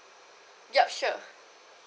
ya sure